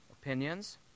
opinions